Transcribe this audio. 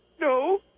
No